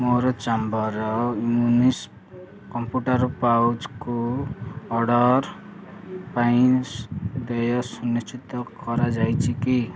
ମୋର ଚାମ୍ବୋର୍ର Lumis compact powder order ପାଇଁ ଦେୟ ସୁନିଶ୍ଚିତ ହୋଇଯାଇଛି କି